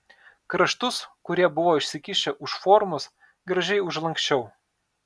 kraštus kurie buvo išsikišę už formos gražiai užlanksčiau